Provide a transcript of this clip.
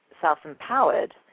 self-empowered